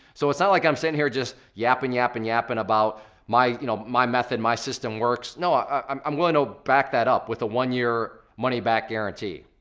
so it's not like i'm sitting here just yapping, yapping, yapping about my you know my method, my system works. no, ah i'm i'm willing to back that up with the one year money back guarantee.